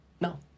No